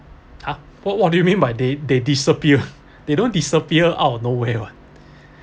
!huh! what what do you mean by they they disappear they don't disappear out of nowhere [what]